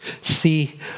See